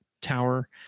tower